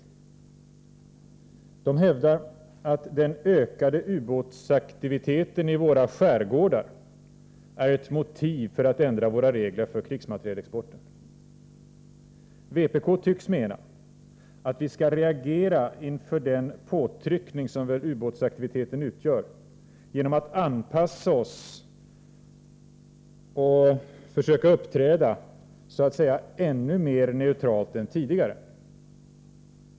Vpk hävdar att den ökade ubåtsaktiviteten i våra skärgårdar är ett motiv för att ändra våra regler för krigsmaterielexport. Vpk tycks mena, att vi skall reagera inför den påtryckning som ubåtsaktiviteten utgör genom att anpassa oss och försöka uppträda ännu mer neutralt än tidigare.